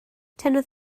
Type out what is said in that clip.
tynnodd